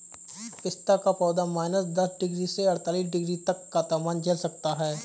पिस्ता का पौधा माइनस दस डिग्री से अड़तालीस डिग्री तक का तापमान झेल सकता है